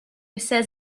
says